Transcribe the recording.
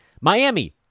Miami